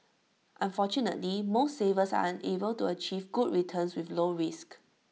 unfortunately most savers are unable to achieve good returns with low risk